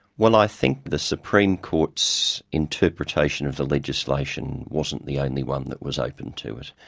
well, i think the supreme court's interpretation of the legislation wasn't the only one that was open to it.